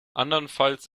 andernfalls